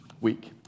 week